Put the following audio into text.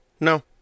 no